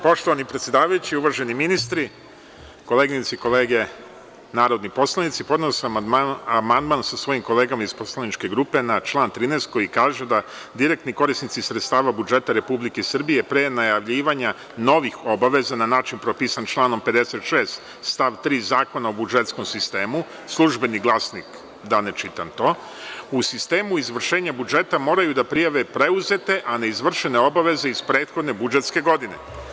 Poštovani predsedavajući, uvaženi ministri, koleginice i kolege narodni poslanici, podneo sam amandman sa svojim kolegama iz poslaničke grupe na član 13. koji kaže da direktni korisnici sredstava budžeta Republike Srbije pre najavljivanja novih obaveza na način propisan članom 56. stav 3. Zakona o budžetskom sistemu, „Službeni glasnik“, da ne čitam to, u sistemu izvršenja budžeta moraju da prijave preuzete, a neizvršene obaveze iz prethodne budžetske godine.